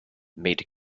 made